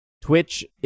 Twitch